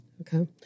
Okay